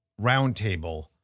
roundtable